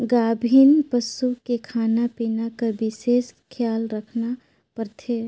गाभिन पसू के खाना पिना कर बिसेस खियाल रखना परथे